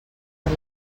per